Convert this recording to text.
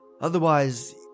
Otherwise